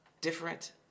different